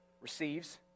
receives